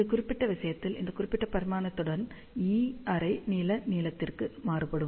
இந்த குறிப்பிட்ட விஷயத்தில் இந்த குறிப்பிட்ட பரிமாணத்துடன் E அரை அலை நீளத்திற்கு மாறுபடும்